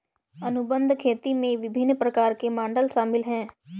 अनुबंध खेती में विभिन्न प्रकार के मॉडल शामिल हैं